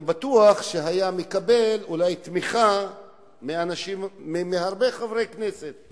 אני בטוח שהוא היה מקבל תמיכה מהרבה חברי כנסת;